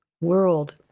world